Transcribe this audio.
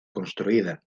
construida